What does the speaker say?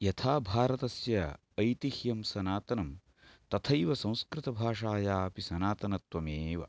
यथा भारतस्य ऐतिह्यं सनातनं तथैव संस्कृतभाषायाः अपि सनातनत्वमेव